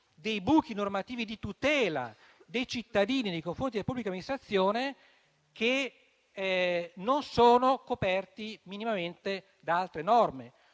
buchi normativi di tutela dei cittadini nei confronti della pubblica amministrazione che non sono minimamente coperti da altre norme.